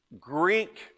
Greek